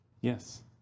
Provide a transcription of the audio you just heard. Yes